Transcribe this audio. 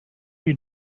you